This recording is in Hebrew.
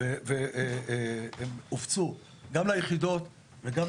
והם הופצו, גם ליחידות וגם